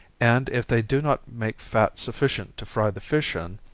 and if they do not make fat sufficient to fry the fish in,